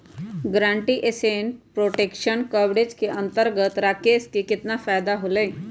Guaranteed asset protection coverage के अंतर्गत राकेश के कितना फायदा होलय?